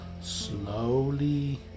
Slowly